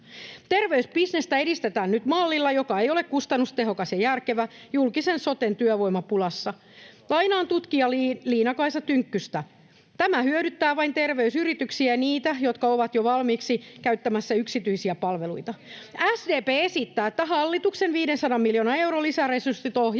Terveysbisnestä edistetään nyt mallilla, joka ei ole kustannustehokas ja järkevä julkisen soten työvoimapulassa. Lainaan tutkija Liina-Kaisa Tynkkystä: ”Tämä hyödyttää vain terveysyrityksiä ja niitä ihmisiä, jotka jo valmiiksi käyttävät yksityisiä palveluja.” [Li Andersson: Juuri näin!] SDP esittää, että hallituksen 500 miljoonan euron lisäresurssit ohjataan